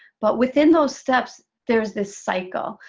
but within those steps, there is this cycle.